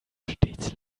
stets